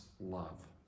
love